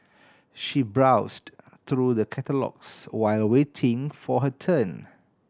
she browsed through the catalogues while waiting for her turn